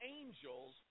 angels